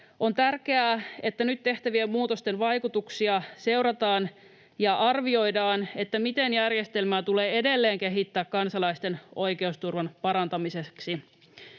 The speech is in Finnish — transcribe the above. On tärkeää, että nyt tehtävien muutosten vaikutuksia seurataan ja arvioidaan, miten järjestelmää tulee edelleen kehittää kansalaisten oikeusturvan parantamiseksi.